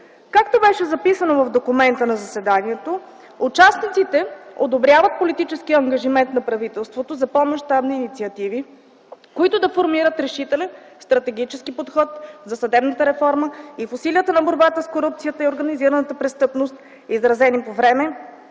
Както беше записано в документа, на заседанието участниците одобряват политическия ангажимент на правителството за по-мащабни инициативи, които да формират решителен стратегически подход за съдебната реформа и в усилията на борбата с корупцията и организираната престъпност, изразени по време